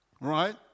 Right